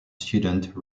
student